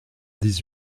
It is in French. dix